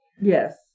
Yes